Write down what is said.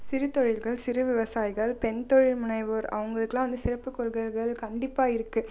சிறு தொழில்கள் சிறு விவசாயிகள் பெண் தொழில்முனைவோர் அவங்களுக்கெல்லாம் வந்து சிறப்பு கொள்கைகள் கண்டிப்பாக இருக்குது